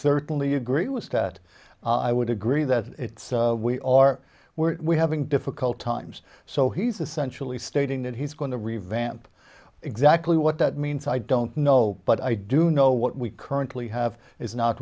certainly agree with that i would agree that it's we are we're having difficult times so he's essentially stating that he's going to revamp exactly what that means i don't know but i do know what we currently have is not